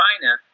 China